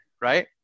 right